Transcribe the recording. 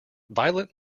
violent